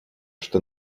что